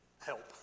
help